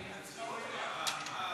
מה?